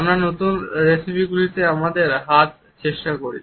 আমরা নতুন রেসিপিগুলিতে আমাদের হাত চেষ্টা করি